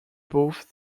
both